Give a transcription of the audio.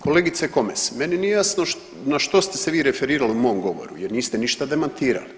Kolegice Komes meni nije jasno na što ste se vi referirali u mom govoru jer niste ništa demantirali.